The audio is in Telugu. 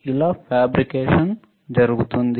ఇలా ఫ్యాబ్రికేషన్ జరుగుతుంది